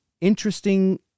interesting